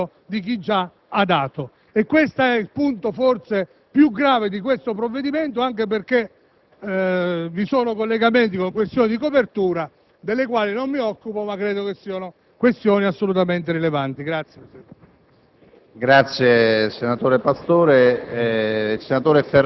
che incasseranno, ma poi con una mano toglie dal portafoglio di chi già ha dato. Questo è il punto forse più grave del provvedimento in esame, anche perché vi sono collegamenti con questioni di copertura, delle quali non mi occupo, ma che ritengo assolutamente rilevanti.